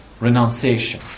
renunciation